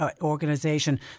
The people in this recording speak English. Organization